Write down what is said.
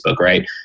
right